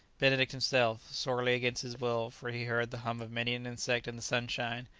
benedict himself, sorely against his will, for he heard the hum of many an insect in the sunshine,